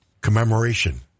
commemoration